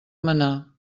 manar